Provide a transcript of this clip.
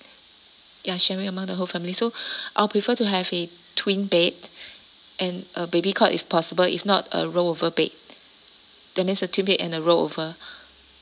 ya sharing among the whole family so I'll prefer to have a twin bed and a baby cot if possible if not a roll over bed that means a twin bed and a roll over